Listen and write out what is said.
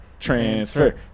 transfer